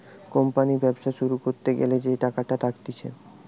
company ব্যবসা শুরু করতে গ্যালা যে টাকাটা রাখতিছে